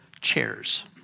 Chairs